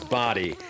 body